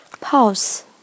Pause